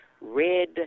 red